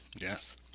Yes